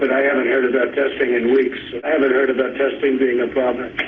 but i haven't heard about testing in weeks. and i haven't heard about testing being a problem.